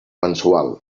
mensual